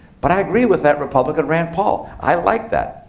but i agree with that republican rand paul. i like that.